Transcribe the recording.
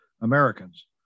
Americans